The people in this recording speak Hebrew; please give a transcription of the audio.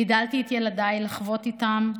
גידלתי את ילדיי לחוות איתם,